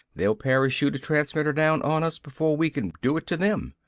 they'll parachute a transmitter down on us before we can do it to them!